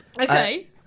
Okay